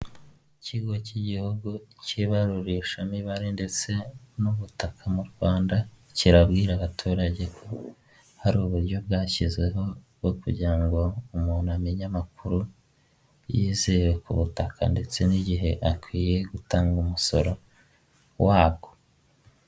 Ikigo cy'igihugu cy'ibarurishamibare ndetse n'ubutaka mu Rwanda, kirabwira abaturage ko hari uburyo bwashyizweho bwo kugirango umuntu amenye amakuru yizewe ku butaka ndetse n'igihe akwiye gutanga umusoro wabwo.